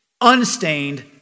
unstained